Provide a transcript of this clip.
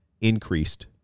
increased